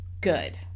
good